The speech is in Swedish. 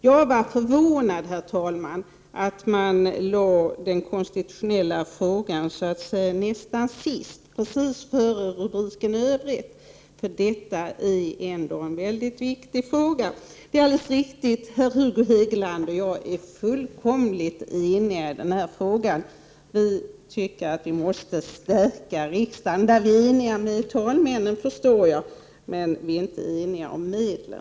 Jag var förvånad, herr talman, över att man lade den konstitutionella frågan näst sist, precis före rubriken Övrigt. Detta är ändå en mycket viktig fråga. Det är alldeles riktigt att herr Hugo Hegeland och jag är fullständigt eniga i den här frågan. Vi tycker att riksdagen måste stärkas. På den punkten är vi eniga med talmännen, förstår jag, men vi är inte eniga om medlen.